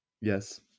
Yes